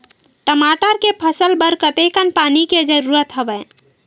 टमाटर के फसल बर कतेकन पानी के जरूरत हवय?